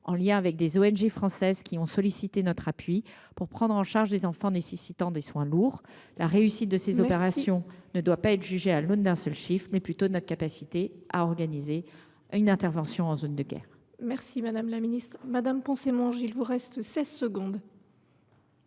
en lien avec des ONG françaises qui ont sollicité notre appui pour prendre en charge des enfants nécessitant des soins lourds. La réussite de ces opérations ne doit pas être jugée à l’aune d’un seul chiffre, mais plutôt de notre capacité à organiser une intervention depuis une zone de guerre. La parole est à Mme Raymonde Poncet Monge, pour la réplique.